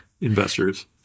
investors